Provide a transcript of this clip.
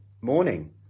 morning